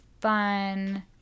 fun